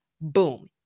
Boom